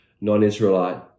non-Israelite